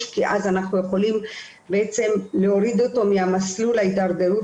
כי אז אנחנו יכולים בעצם להוריד אותו ממסלול ההידרדרות